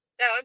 No